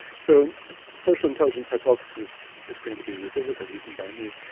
so, the social intelligence hypothesis is going to be revisited, even by me.